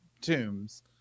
tombs